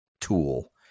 tool